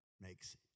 makes